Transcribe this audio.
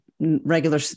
regular